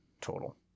total